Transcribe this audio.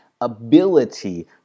ability